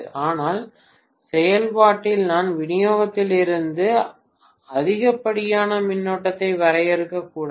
ஆனால் செயல்பாட்டில் நான் விநியோகத்திலிருந்து அதிகப்படியான மின்னோட்டத்தை வரையக்கூடாத